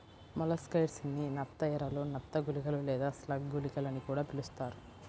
molluscicides ని నత్త ఎరలు, నత్త గుళికలు లేదా స్లగ్ గుళికలు అని కూడా పిలుస్తారు